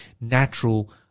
natural